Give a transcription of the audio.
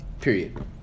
Period